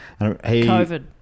COVID